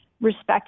respect